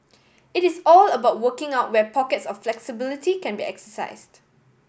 it is all about working out where pockets of flexibility can be exercised